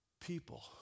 people